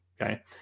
Okay